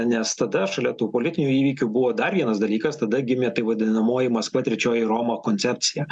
nes tada šalia tų politinių įvykių buvo dar vienas dalykas tada gimė tai vadinamoji maskva trečioji roma koncepcija